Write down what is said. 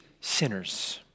sinners